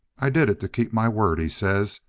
i did it to keep my word he says,